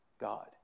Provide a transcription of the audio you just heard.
God